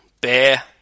Bear